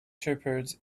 shepherds